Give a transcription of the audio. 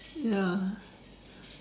ya